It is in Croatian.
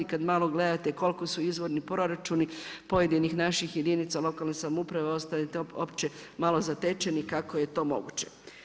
Kada malo gledate koliko su izvorni proračuni pojedinih naših jedinica lokalne samouprave ostanete uopće malo zatečeni kako je to moguće.